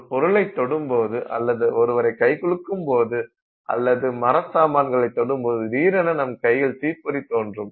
ஒரு பொருளை தொடும்போது அல்லது ஒருவரை கைகுலுக்கும் போது அல்லது மர சாமான்களை தொடும்போது திடீரென நம் கையில் தீப்பொறி தோன்றும்